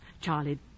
Charlie